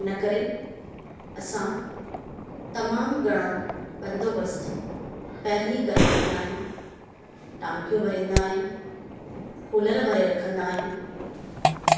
इनकरे असां तमामु घणो बंदोबस्तु पहिरीं करे रखंदा आहियूं टांकियूं भरींदा आहियूं कूलर भरे रखंदा आहियूं